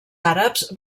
àrabs